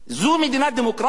זו מדינה דמוקרטית?